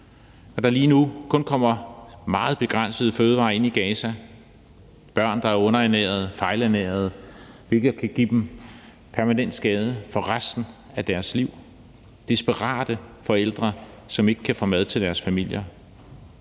kommer lige nu kun en meget begrænset mængde fødevarer ind i Gaza, og der er børn, der er underernærede og fejlernærede, hvilket kan give dem permanente skader for resten af deres liv, og der er desperate forældre, som ikke kan få mad til deres familier.